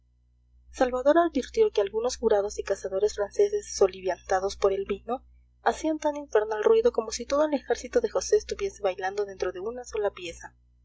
salvador advirtió que algunos jurados y cazadores franceses soliviantados por el vino hacían tan infernal ruido como si todo el ejército de josé estuviese bailando dentro de una sola pieza